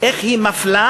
איך היא מפלה,